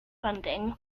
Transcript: funding